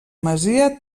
masia